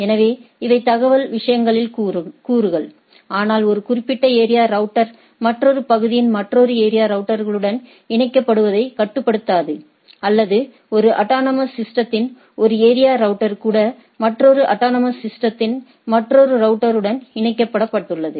எனவே இவை தகவல் விஷயங்களின் கூறுகள் ஆனால் ஒரு குறிப்பிட்ட ஏரியா ரவுட்டர் மற்றொரு பகுதியின் மற்றொரு ஏரியா ரவுட்டர்களுடன்இணைக்கப்படுவதை கட்டுப்படுத்தாது அல்லது ஒரு அட்டானமஸ் சிஸ்டதின் ஒரு ஏரியா ரவுட்டர் கூட மற்றொரு அட்டானமஸ் சிஸ்டதின் மற்றொரு ரவுட்டர் உடன் இணைக்கப்பட்டுள்ளது